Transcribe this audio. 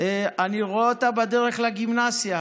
"אני רואה אותה בדרך לגימנסיה"